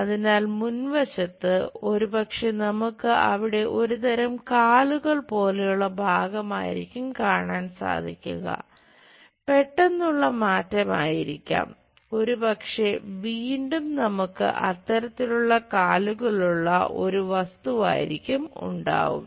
അതിനാൽ മുൻവശത്ത് ഒരുപക്ഷേ നമുക്ക് അവിടെ ഒരുതരം കാലുകൾ പോലെയുള്ള ഭാഗമായിരിക്കാം കാണാൻ സാധിക്കുക പെട്ടെന്നുള്ള മാറ്റം ആയിരിക്കാം ഒരുപക്ഷെ വീണ്ടും നമുക്ക് അത്തരത്തിലുള്ള കാലുകളുള്ള ഒരു വസ്തുവായിരിക്കാം ഉണ്ടാവുക